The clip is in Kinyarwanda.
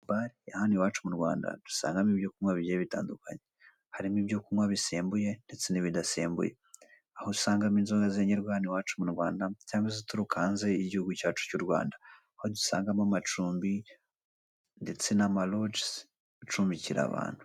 Bara hano iwacu mu Rwanda dusangamo ibinyobwa bigiye bitandukanye, harimo ibyo kunywa abisembuye ndetse n'ibidasembute, aho usangamo inzoga zengerwa hano iwacu mu Rwanda cyangwa izituruka hanze y'igihugu cyacu cy'u Rwanda, aho dusangamo amacumi, amarogizi acumbikira abantu.